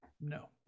No